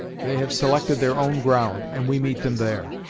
they have selected their own ground, and we meet them there.